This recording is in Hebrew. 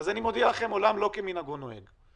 אני מודיע לכם: עולם לא כמנהגו נוהג,